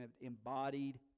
embodied